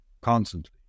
constantly